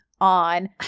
on